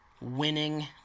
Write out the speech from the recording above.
winning